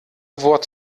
wort